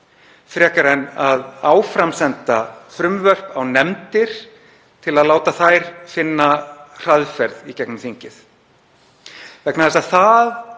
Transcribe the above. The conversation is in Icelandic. frekar en að áframsenda frumvörp á nefndir til að láta þær finna hraðleið í gegnum þingið,